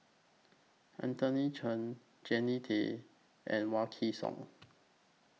Anthony Chen Jannie Tay and Wykidd Song